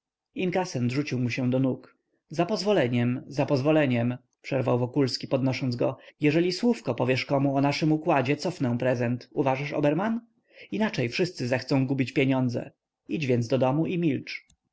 zwrócę inkasent rzucił mu się do nóg za pozwoleniem za pozwoleniem przerwał wokulski podnosząc go jeżeli słówko powiesz komu o naszym układzie cofnę prezent uważasz oberman inaczej wszyscy zechcą gubić pieniądze idź więc do domu i milcz